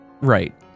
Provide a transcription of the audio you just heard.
Right